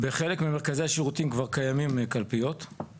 בחלק ממרכזי השירותים כבר קיימים קלפיות,